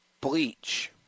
bleach